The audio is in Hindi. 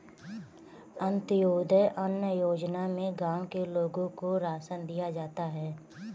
अंत्योदय अन्न योजना में गांव के लोगों को राशन दिया जाता है